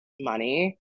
money